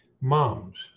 moms